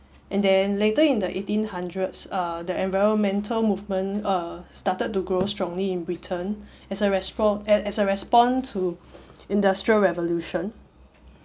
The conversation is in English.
and then later in the eighteen hundreds uh the environmental movement uh started to grow strongly in return as a respon~ as as a response to industrial revolution